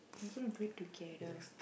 are you going to do it together